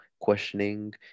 questioning